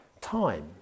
time